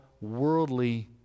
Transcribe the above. worldly